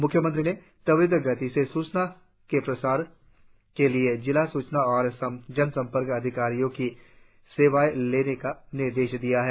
म्ख्यमंत्री ने त्वरित गति से सूचनाओ के प्रचार प्रसार के लिए जिला सूचना और जनसंपर्क अधिकारियो की सेवाएं लेने का निर्देश दिया है